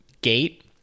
gate